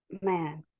man